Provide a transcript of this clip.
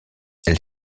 elle